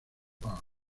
park